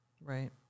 Right